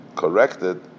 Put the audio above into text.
corrected